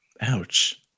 Ouch